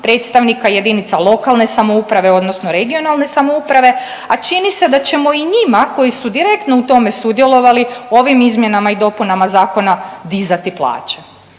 predstavnika jedinica lokalne samouprave odnosno regionalne samouprave, a čini se da ćemo i njima koji su direktno u tome sudjelovali, ovim izmjenama i dopunama zakona dizati plaće.